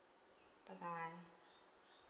bye bye